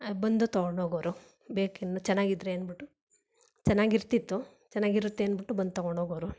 ಬಂದು ತಗೊಂಡು ಹೋಗೋರು ಬೇಕಿನ್ನು ಚೆನ್ನಾಗಿದ್ರೆ ಅಂದ್ಬಿಟ್ಟು ಚೆನ್ನಾಗಿರ್ತಿತ್ತು ಚೆನ್ನಾಗಿರುತ್ತೆ ಅಂದ್ಬಿಟ್ಟು ಬಂದು ತಗೊಂಡೋಗೋರು